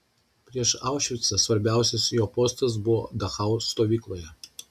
prieš aušvicą svarbiausias jo postas buvo dachau stovykloje